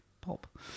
pop